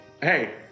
Hey